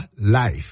life